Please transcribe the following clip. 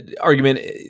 argument